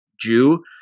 Jew